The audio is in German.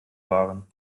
waren